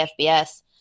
FBS